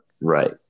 Right